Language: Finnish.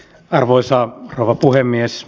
arvoisa rouva puhemies